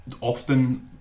often